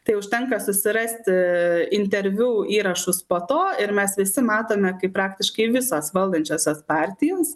tai užtenka susirasti interviu įrašus po to ir mes visi matome kaip praktiškai visos valdančiosios partijos